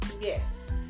Yes